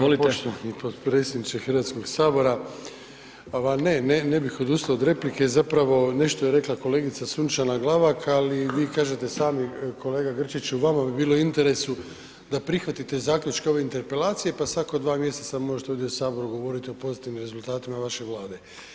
Hvala lijepa poštovani potpredsjedniče Hrvatskoga sabora, ne, ne bih odustao od replike, zapravo nešto je rekla kolegica Sunčana Glavak, ali vi kažete sami kolega Grčiću vama bi bilo u interesu da prihvatite zaključke ove interpelacije pa svako dva mjeseca možete u saboru govoriti o pozitivnim rezultatima vaše vlade.